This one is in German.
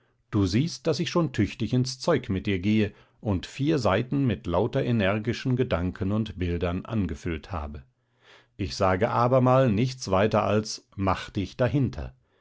du siehst daß ich schon tüchtig ins zeug mit dir gehe und vier seiten mit lauter energischen gedanken und bildern angefüllt habe ich sage abermal nichts weiter als mach dich dahinter